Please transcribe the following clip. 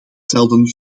zelden